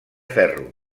ferro